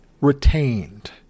retained